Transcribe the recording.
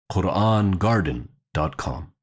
QuranGarden.com